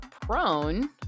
prone